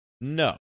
No